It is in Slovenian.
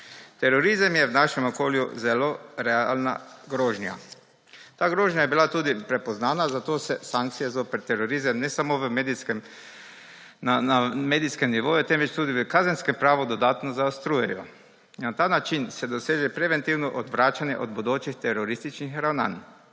Terorizem je v našem okolju zelo realna grožnja. Ta grožnja je bila tudi prepoznana, zato se sankcije zoper terorizem ne samo na medijskem nivoju, temveč tudi v kazenskem pravu dodatno zaostrujejo. Na ta način se doseže preventivno odvračanje od bodočih terorističnih ravnanj.